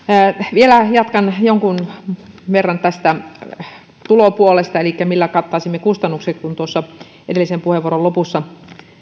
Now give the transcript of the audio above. vielä jatkan jonkun verran tästä tulopuolesta elikkä siitä millä kattaisimme kustannukset kun tuossa edellisen puheenvuoron lopussa